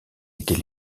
était